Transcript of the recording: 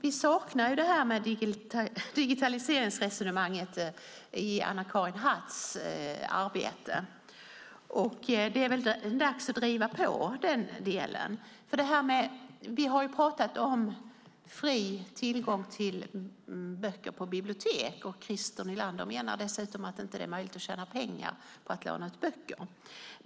Vi saknar digitaliseringsresonemanget i Anna-Karin Hatts arbete, och det är väl dags att driva på den delen. Vi har ju talat om fri tillgång till böcker på bibliotek, och Christer Nylander menar dessutom att det inte är möjligt att tjäna pengar på att låna ut böcker.